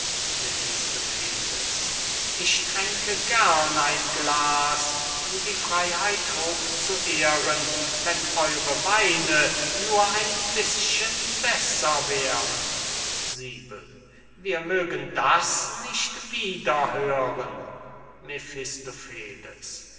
ich tränke gern ein glas die freyheit hoch zu ehren wenn eure weine nur ein bißchen besser wären wir mögen das nicht wieder hören